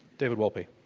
david wolpe.